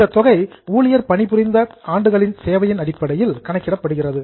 இந்த தொகை ஊழியர் பணிபுரிந்த ஆண்டுகள் சேவையின் அடிப்படையில் கணக்கிடப்படுகிறது